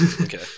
Okay